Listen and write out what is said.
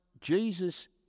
Jesus